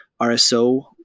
RSO